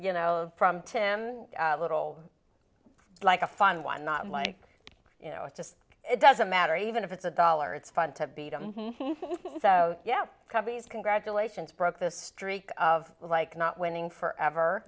you know from tim little like a fun one not like you know it just doesn't matter even if it's a dollar it's fun to beat him so yep companies congratulations broke the streak of like not winning forever